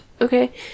Okay